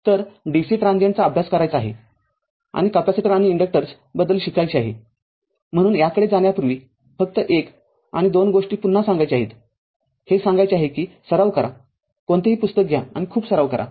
तर डीसी ट्रान्झिएंटचा अभ्यास करायचा आहे आणि कॅपेसिटर आणि इंडक्टर्स बद्दल शिकायचे आहेम्हणून याकडे जाण्यापूर्वी फक्त एक आणि दोन गोष्टी पुन्हा सांगायच्या आहेत हे सांगायचे आहे कि सराव करा कोणतेही पुस्तक घ्या आणि खूप सराव करा